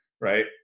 right